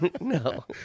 No